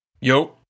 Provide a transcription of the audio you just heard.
Yo